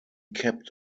kept